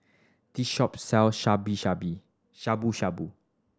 this shop sells Shabu Shabu